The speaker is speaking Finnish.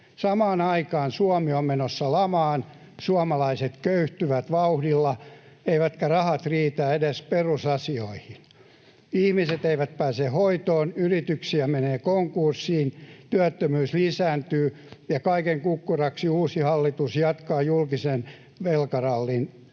Samaan aikaan Suomi on menossa lamaan, suomalaiset köyhtyvät vauhdilla eivätkä rahat riitä edes perusasioihin, ihmiset eivät pääse hoitoon, yrityksiä menee konkurssiin, työttömyys lisääntyy ja kaiken kukkuraksi uusi hallitus jatkaa julkisen talouden